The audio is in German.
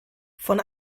von